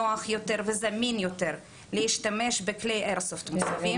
נוח יותר וזמין יותר להשתמש בכלי איירסופט מוסבים,